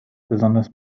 besonders